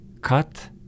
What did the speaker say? cut